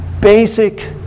Basic